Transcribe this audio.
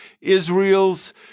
Israel's